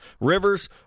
Rivers